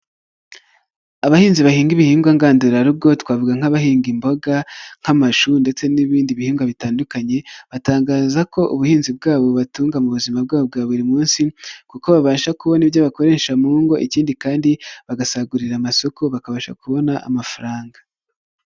Abahinzi bahinga ibihingwa ngandurarugo twavuga nk'abahinga imboga, nk'amashu ndetse n'ibindi bihingwa bitandukanye, batangaza ko ubuhinzi bwabo bubatunga mu buzima bwabo bwa buri munsi kuko babasha kubona ibyo bakoresha mu ngo ikindi kandi bagasagurira amasoko bakabasha kubona amafaranga.